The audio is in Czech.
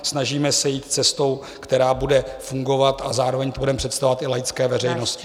Snažíme se jít cestou, která bude fungovat a zároveň budeme představovat i laické veřejností.